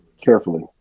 carefully